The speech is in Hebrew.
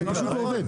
זה פשוט לא עובד.